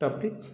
traffic